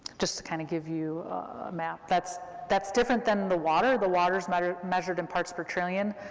just to kind of give you a map. that's that's different than the water, the water's but measured in parts per trillion.